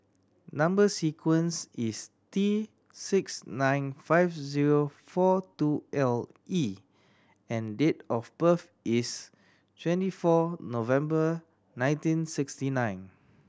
number sequence is T six nine five zero four two L E and date of birth is twenty four November nineteen sixty nine